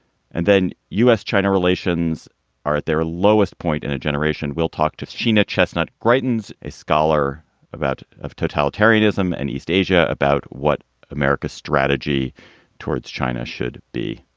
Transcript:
and then u s. china relations are at their lowest point in a generation. we'll talk to china chestnut greitens, a scholar about totalitarianism and east asia, about what america's strategy towards china should be.